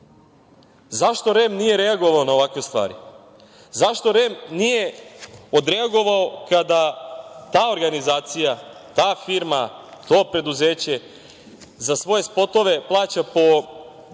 Zašto REM nije reagovao na ovakve stvari? Zašto REM nije odreagovao kada ta organizacija, ta firma, to preduzeće za svoje spotove plaća po minutu